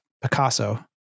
Picasso